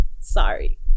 sorry